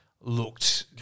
looked